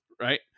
right